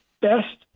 best